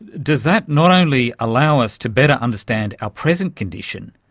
does that not only allow us to better understand our present condition,